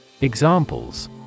Examples